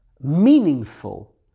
meaningful